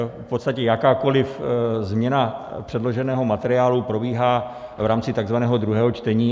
V podstatě jakákoliv změna předloženého materiálu probíhá v rámci takzvaného druhého čtení.